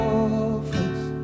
office